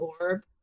orb